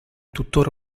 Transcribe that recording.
tuttora